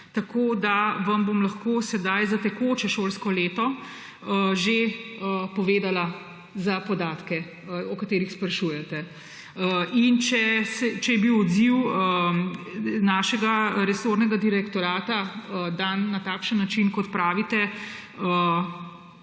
tako da vam bom lahko sedaj za tekoče šolsko leto že povedala podatke, o katerih sprašujete. Če je bil odziv našega resornega direktorata dan na takšen način, kot pravite,